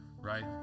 right